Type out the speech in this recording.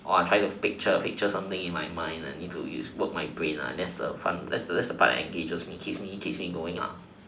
or I try to picture picture something in my mind and use to work my brain that's the fun that's the that's the part that engages me keeps me keeps me going